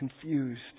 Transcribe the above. confused